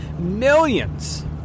millions